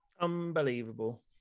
Unbelievable